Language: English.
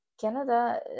Canada